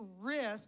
risk